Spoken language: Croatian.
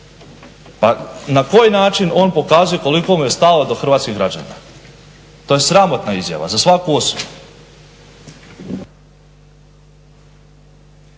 Pa na koji način on pokazuje koliko mu je stalo do hrvatskih građana? To je sramotna izjava, za svaku osudu!